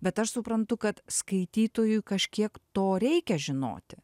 bet aš suprantu kad skaitytojui kažkiek to reikia žinoti